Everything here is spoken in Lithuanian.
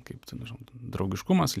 kaip ten nežinau draugiškumas